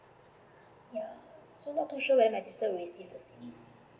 yeah so not too sure if my sister will receive the same